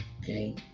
Okay